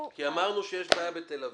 כי אמרנו שיש בעיה בתל אביב.